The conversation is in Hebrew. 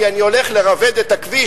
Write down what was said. כי אני הולך לרבד את הכביש,